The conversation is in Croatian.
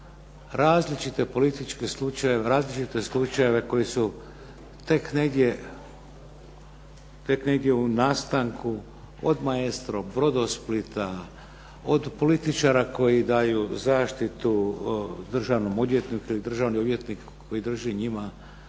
onda je on spominjao različite slučajeve koji su tek negdje u nastanku od Maestro, Brodosplita, od političara koji daju zaštitu državnom odvjetniku ili državni odvjetnik koji drži njima